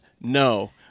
no